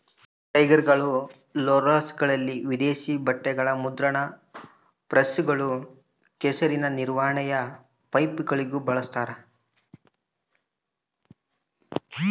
ಟೈರ್ಗಳು ರೋಲರ್ಗಳಲ್ಲಿ ದೇಶೀಯ ಬಟ್ಟೆಗ ಮುದ್ರಣ ಪ್ರೆಸ್ಗಳು ಕೆಸರಿನ ನಿರ್ವಹಣೆಯ ಪೈಪ್ಗಳಿಗೂ ಬಳಸ್ತಾರ